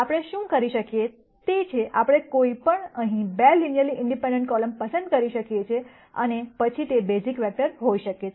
આપણે શું કરી શકીએ તે છે આપણે અહીં કોઈપણ 2 લિનયરલી ઇન્ડિપેન્ડન્ટ કોલમ પસંદ કરી શકીએ છીએ અને તે પછી તે બેઝિક વેક્ટર હોઈ શકે છે